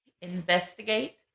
Investigate